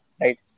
right